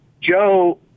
Joe